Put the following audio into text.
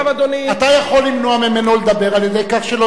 אתה יכול למנוע ממנו לדבר על-ידי כך שלא